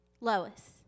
Lois